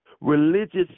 religious